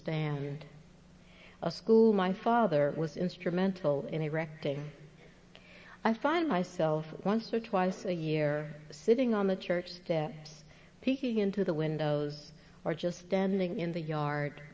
stand a school my father was instrumental in erecting i find myself once or twice a year sitting on the church steps peeking into the windows or just standing in the yard